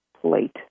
plate